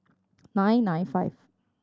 nine nine five